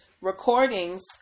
recordings